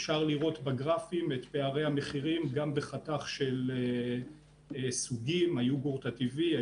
אפשר לראות בגרפים את פערי המחירים גם בחתך של סוגים: היוגורט הטבעי,